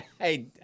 Hey